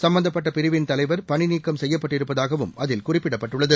சும்பந்தப்பட்ட பிரிவின் தலைவர் பணி நீக்கம் செய்யப்பட்டிருப்பதாகவும் அதில் குறிப்பிடப்பட்டுள்ளது